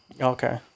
Okay